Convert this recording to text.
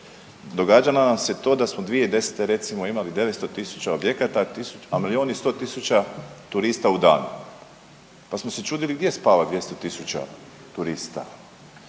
Događalo nam se to da smo 2010. recimo imali 900 tisuća objekata, ali oni 100 tisuća turista u danu. Pa smo se čudili gdje spava 200 tisuća turista.